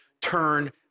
turn